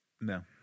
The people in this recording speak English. No